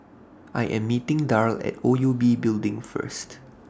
I Am meeting Darl At O U B Building First